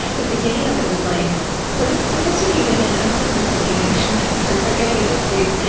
the beginning of it was like both sophisticated and unsophisticated investors are getting in this phase.